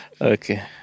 Okay